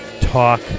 talk